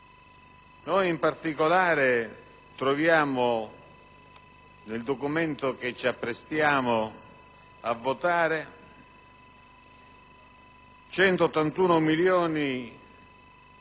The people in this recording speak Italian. Noi, in particolare, troviamo nel documento che ci apprestiamo a votare 181 milioni in